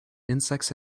insects